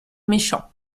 méchants